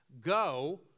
Go